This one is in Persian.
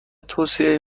توصیه